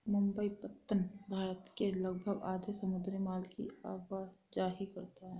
मुंबई पत्तन भारत के लगभग आधे समुद्री माल की आवाजाही करता है